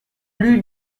lui